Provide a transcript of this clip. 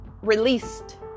released